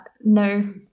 No